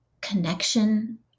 connection